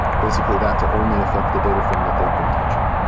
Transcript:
basically that to only affect the data frame that they've been touching.